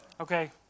Okay